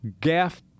gaff